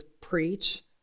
preach